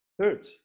Third